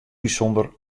bysûnder